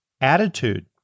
attitude